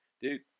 Dude